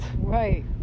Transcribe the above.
right